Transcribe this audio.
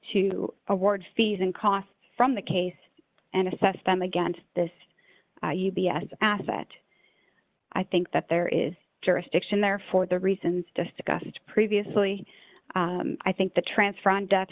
to award fees and costs from the case and assess them against this u b s asset i think that there is jurisdiction there for the reasons discussed previously i think the transfer on death